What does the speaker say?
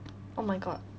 oh my god